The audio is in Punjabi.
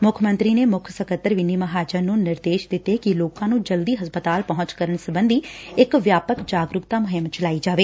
ਮੁੱਖ ਮੰਤਰੀ ਨੇ ਮੁੱਖ ਸਕੱਤਰ ਵਿਨੀ ਮਹਾਜਨ ਨੂੰ ਨਿਰਦੇਸ਼ ਦਿੱਤੇ ਕਿ ਲੋਕਾ ਨੂੰ ਜਲਦੀ ਹਸਪਤਾਲ ਪਹੁੰਚ ਕਰਨ ਸਬੰਧੀ ਇਕ ਵਿਆਪਕ ਜਾਗਰੂਕਤਾ ਮੁਹਿੰਮ ਚਲਾਈ ਜਾਵੇ